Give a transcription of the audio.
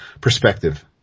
perspective